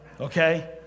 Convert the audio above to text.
Okay